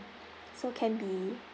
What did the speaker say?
so can be